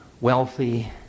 wealthy